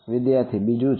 વિદ્યાર્થી બીજું છે